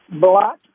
Black